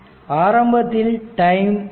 ஆரம்பத்தில் time t0 0